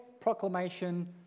proclamation